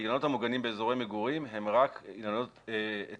האילנות המוגנים באזורי מגורים הם רק עצים